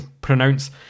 pronounce